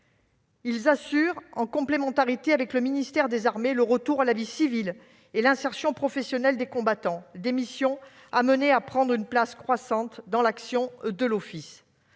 Il assure, en complémentarité avec le ministère des armées, le retour à la vie civile et l'insertion professionnelle des combattants- des missions amenées à prendre une place croissante dans l'action de l'Office.